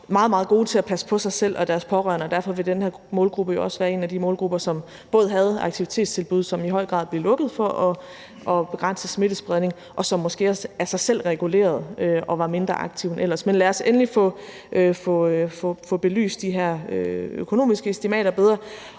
meget gode til at passe på sig selv og deres pårørende. Derfor vil denne målgruppe jo også være en af de målgrupper, som både havde aktivitetstilbud, som i høj grad blev lukket for at begrænse smittespredning, og som måske også af sig selv regulerede det og var mindre aktive end ellers. Men lad os endelig få belyst de her økonomiske estimater bedre.